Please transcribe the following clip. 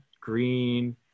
Green